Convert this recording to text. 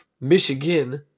Michigan